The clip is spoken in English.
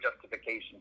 justification